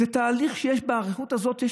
באריכות הזאת,